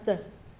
सत